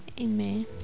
Amen